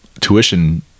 tuition